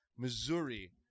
Missouri